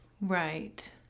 right